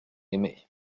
aimés